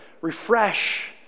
refresh